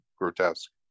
grotesque